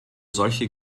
solche